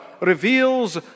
reveals